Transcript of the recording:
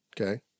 okay